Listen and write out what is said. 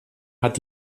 hat